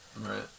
right